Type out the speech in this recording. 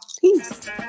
peace